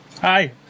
Hi